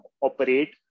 operate